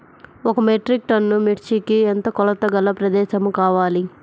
ఒక metric ton మిర్చికి ఎంత కొలతగల ప్రదేశము కావాలీ?